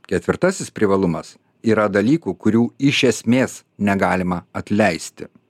ketvirtasis privalumas yra dalykų kurių iš esmės negalima atleisti